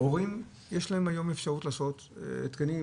להורים יש אפשרות היום לעשות התקנים,